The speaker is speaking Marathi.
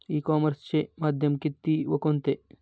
ई कॉमर्सचे माध्यम किती व कोणते?